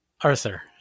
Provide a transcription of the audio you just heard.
Arthur